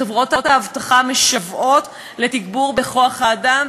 חברות האבטחה משוועות לתגבור בכוח-האדם,